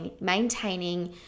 maintaining